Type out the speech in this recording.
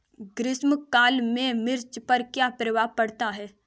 ग्रीष्म काल में मिर्च पर क्या प्रभाव पड़ता है?